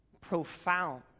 profound